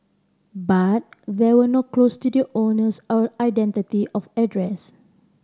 but there were no clues to the owner's or identity of address